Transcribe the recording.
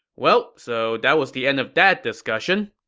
well, so that was the end of that discussion.